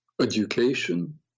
education